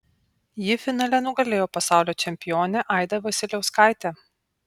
ji finale nugalėjo pasaulio čempionę aidą vasiliauskaitę